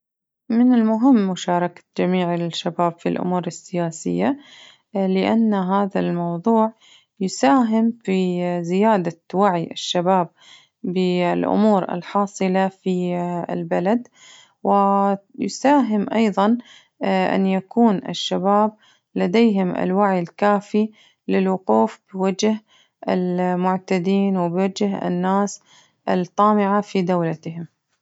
من المهم مشاركة جميع الشباب في الأمور السياسية لأن هذا الموضوع يساهم في زيادة وعي الشباب بالأمور الحاصلة في البلد ويساهم أيضاً في أن يكون الشباب لديهم الوعي الكافي للوقوف بوجه المعتدين وبوجه الناس الطامعة في دولتهم.